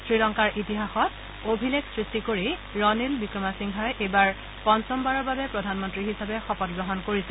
শ্ৰীলংকাৰ ইতিহাসত অবিলেখ সৃষ্টি কৰি ৰনিল বিক্ৰমা সিংঘাই এইবাৰ পঞ্চমবাৰৰ বাবে প্ৰধানমন্ত্ৰী হিচাপে শপত গ্ৰহণ কৰিছে